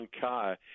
Kai